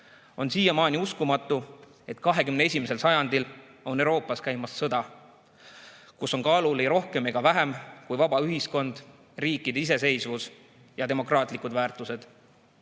On siiamaani uskumatu, et 21. sajandil on Euroopas käimas sõda, kus on kaalul ei rohkem ega vähem kui vaba ühiskond, riikide iseseisvus ja demokraatlikud väärtused.